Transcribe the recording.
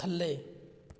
ਥੱਲੇ